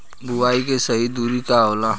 बुआई के सही दूरी का होला?